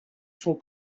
sont